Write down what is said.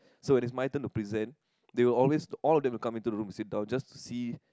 so when it's my turn to present they will always all of them will come into the room to sit down just to see